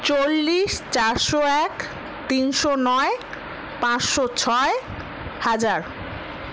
চল্লিশ চারশো এক তিনশো নয় পাঁচশো ছয় হাজার